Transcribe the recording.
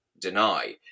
deny